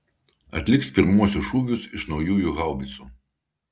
atliks pirmuosius šūvius iš naujųjų haubicų